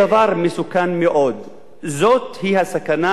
זאת הסכנה המוחשית ביותר,